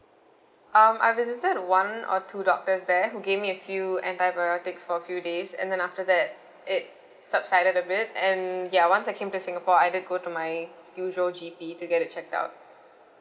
um I visited one or two doctors there who gave me a few antibiotic for a few days and then after that it subsided a bit and ya once I came to singapore I did go to my usual G_P to get it checked out